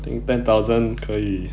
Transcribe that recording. think ten thousand 可以